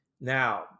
Now